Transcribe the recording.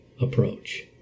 approach